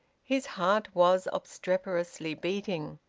his heart was obstreperously beating.